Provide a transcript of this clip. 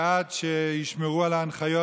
שתשמעו שהיא רוצה